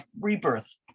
rebirth